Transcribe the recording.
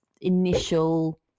initial